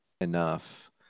enough